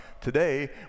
Today